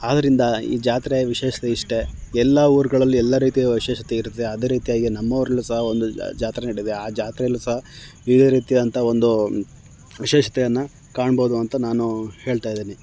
ಆದ್ದರಿಂದ ಈ ಜಾತ್ರೆಯ ವಿಶೇಷತೆ ಇಷ್ಟೇ ಎಲ್ಲ ಊರುಗಳಲ್ಲಿ ಎಲ್ಲ ರೀತಿಯ ವಿಶೇಷತೆ ಇರುತ್ತೆ ಅದೆ ರೀತಿಯಾಗಿ ನಮ್ಮ ಊರಲ್ಲೂ ಸಹ ಒಂದು ಜಾತ್ರೆ ನಡೆಯುತ್ತೆ ಆ ಜಾತ್ರೆಯಲ್ಲೂ ಸಹ ಇದೇ ರೀತಿಯಾದಂಥ ಒಂದು ವಿಶೇಷತೆಯನ್ನು ಕಾಣ್ಬೋದು ಅಂತ ನಾನು ಹೇಳ್ತಾ ಇದ್ದೀನಿ